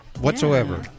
whatsoever